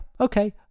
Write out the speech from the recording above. okay